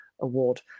Award